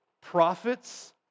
prophets